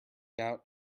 out